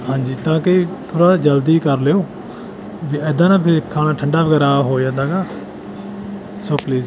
ਹਾਂਜੀ ਤਾਂ ਕਿ ਥੋੜ੍ਹਾ ਜਿਹਾ ਜਲਦੀ ਕਰ ਲਿਓ ਜੇ ਇੱਦਾਂ ਨਾ ਵੀ ਖਾਣਾ ਠੰਡਾ ਵਗੈਰਾ ਹੋ ਜਾਂਦਾ ਨਾ ਸੋ ਪਲੀਜ਼